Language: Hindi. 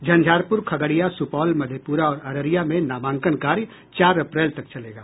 झंझारप्र खगड़िया सुपौल मधेपुरा और अररिया में नामांकन कार्य चार अप्रैल तक चलेगा